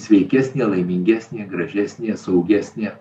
sveikesnė laimingesnė gražesnė saugesnė